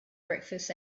breakfast